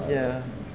ya